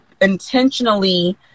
intentionally